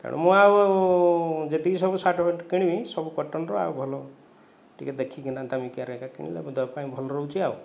ତେଣୁ ମୁଁ ଆଉ ଯେତିକି ସବୁ ଶାର୍ଟ ପ୍ୟାଣ୍ଟ କିଣିବି ସବୁ କଟନ୍ର ଆଉ ଭଲ ଟିକେ ଦେଖିକିନା ଦାମିକିଆରେ ଏକା କିଣିଲେ ମୋ ଦେହ ପାଇଁ ଭଲ ରହୁଛି ଆଉ